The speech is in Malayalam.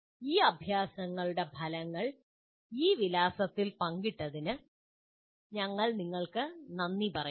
ഈ അഭൃാസങ്ങളുടെ ഫലങ്ങൾ ഈ വിലാസത്തിൽ പങ്കിട്ടതിന് ഞങ്ങൾ നിങ്ങൾക്ക് നന്ദി പറയുന്നു